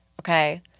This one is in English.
Okay